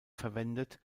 verwendet